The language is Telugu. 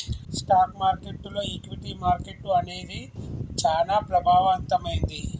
స్టాక్ మార్కెట్టులో ఈక్విటీ మార్కెట్టు అనేది చానా ప్రభావవంతమైంది